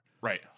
Right